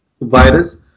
virus